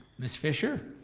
ms. fischer.